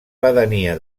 pedania